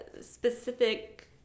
specific